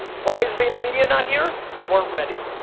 why is vaynermedia not here, we weren't ready.